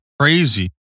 crazy